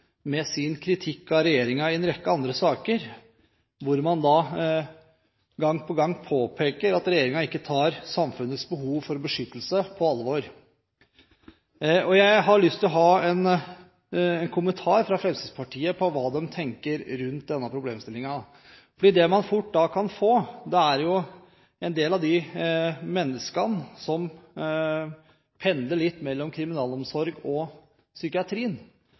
med sin kritikk av regjeringen i en rekke andre saker, hvor man gang på gang påpeker at regjeringen ikke tar samfunnets behov for beskyttelse på alvor. Jeg har lyst til å få en kommentar fra Fremskrittspartiet på hva de tenker rundt denne problemstillingen. Det man fort da kan få, er en del av de menneskene som pendler litt mellom kriminalomsorgen og psykiatrien,